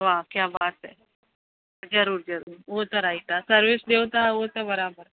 वाह क्या बात है ज़रूरु ज़रूरु उहा त राईट आहे सर्विस ॾियो था उहो त बराबरि